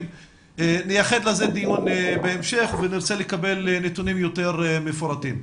נייחד לזה דיון בהמשך ונרצה לקבל נתונים יותר מפורטים.